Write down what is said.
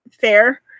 fair